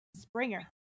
Springer